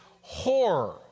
horror